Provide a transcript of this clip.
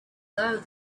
though